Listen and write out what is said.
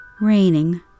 Raining